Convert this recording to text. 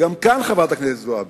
וגם כאן, חברת הכנסת זועבי,